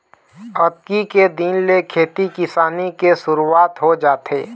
अक्ती के दिन ले खेती किसानी के सुरूवात हो जाथे